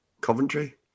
Coventry